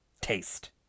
taste